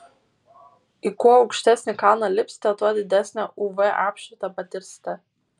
į kuo aukštesnį kalną lipsite tuo didesnę uv apšvitą patirsite